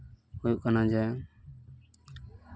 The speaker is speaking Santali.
ᱦᱩᱭᱩᱜ ᱠᱟᱱᱟ ᱡᱮ